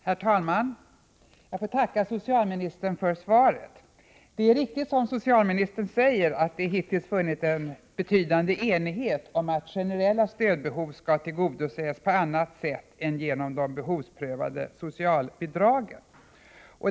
Herr talman! Jag tackar socialministern för svaret. Det är riktigt som socialministern säger, att det hittills funnits en betydande enighet om att generella stödbehov skall tillgodoses på annat sätt än genom de behovsprövade socialbidragen.